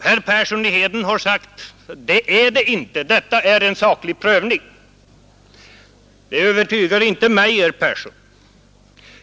Herr Persson i Heden säger att det inte är ett taktiskt ställningstagande utan en saklig prövning. Det övertygar inte mig, herr Persson.